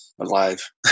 alive